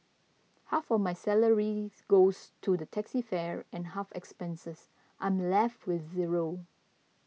half of my salaries goes to the taxi fare and after expenses I'm left with zero